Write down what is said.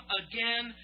again